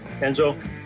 Enzo